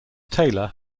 taylor